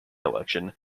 election